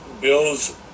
Bill's